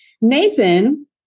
Nathan